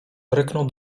ryknął